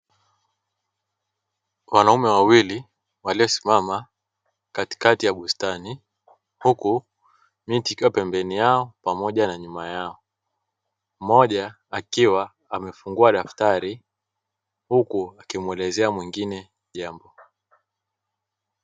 Kuna wanaume wawili waliosimama katikati ya bustani, huku miti ikiwa pembeni yao pamoja na nyuma yao, mmoja akiwa amefungua daftari huku akimwelezea mwingine jambo.